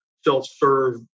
self-serve